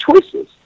choices